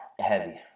heavy